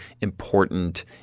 important